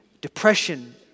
depression